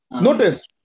Notice